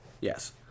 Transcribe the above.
Yes